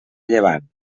llevant